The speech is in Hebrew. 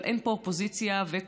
אבל אין פה אופוזיציה וקואליציה,